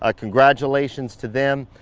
ah congratulations to them.